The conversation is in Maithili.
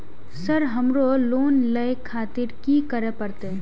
सर हमरो लोन ले खातिर की करें परतें?